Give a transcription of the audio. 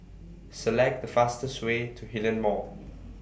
Select The fastest Way to Hillion Mall